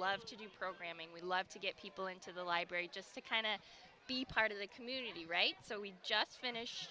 love to do programming we love to get people into the library just to kind of be part of the community right so we just finish